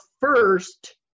first